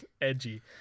edgy